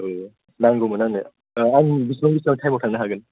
औ नांगौमोन आंनो आं बेसबां बेसबां टाइमाव थांनो हागोन